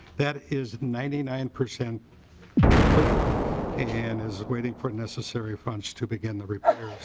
that is ninety nine percent complete and is waiting for necessary funds to begin the repairs.